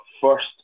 first